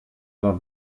τον